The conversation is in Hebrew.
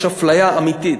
יש אפליה אמיתית,